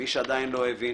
מי שעדיין לא הבין